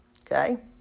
Okay